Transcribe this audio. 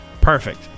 Perfect